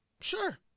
Sure